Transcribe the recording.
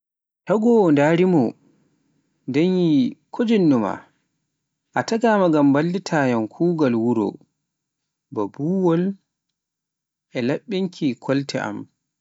Tagoowo ndari mo nden yi ko jinnuma, a taaga ma ngam ballitayan kugal wuro, ba buwool, e laɓɓinan ki kolte am.